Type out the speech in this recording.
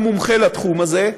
הוא מומחה לתחום הזה.